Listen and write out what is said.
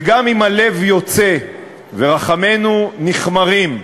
וגם אם הלב יוצא, ורחמינו נכמרים,